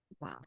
wow